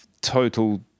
total